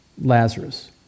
Lazarus